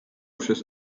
przez